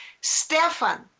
Stefan